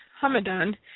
Hamadan